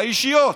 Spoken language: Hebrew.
האישיות.